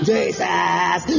Jesus